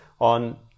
on